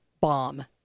bomb